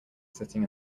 sitting